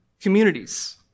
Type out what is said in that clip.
communities